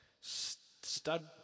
stud